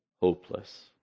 hopeless